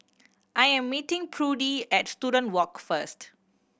I am meeting Prudie at Student Walk first